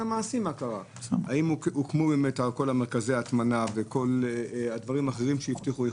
האם הוקמו כל מרכזי ההטמנה וכל הדברים האחרים שהבטיחו?